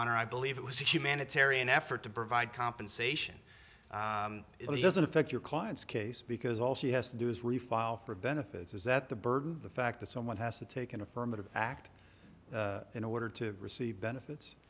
honor i believe it was a humanitarian effort to provide compensation it doesn't affect your client's case because all she has to do is refile for benefits is that the burden of the fact that someone has to take an affirmative act in order to receive benefits